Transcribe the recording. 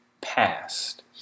past